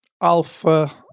Alpha